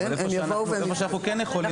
אבל היכן שאנחנו כן יכולים.